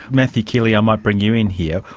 matthew keeley i might bring you in here.